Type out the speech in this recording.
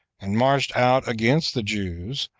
and marched out against the jews,